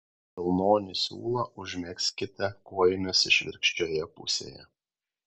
vilnonį siūlą užmegzkite kojinės išvirkščioje pusėje